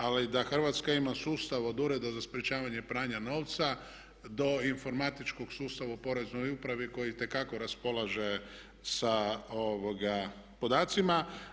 Ali da Hrvatska ima sustav od Ureda za sprečavanje pranja novca do informatičkog sustava u Poreznoj upravi koji itekako raspolažu sa podacima.